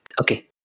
Okay